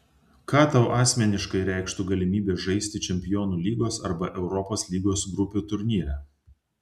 ką tau asmeniškai reikštų galimybė žaisti čempionų lygos arba europos lygos grupių turnyre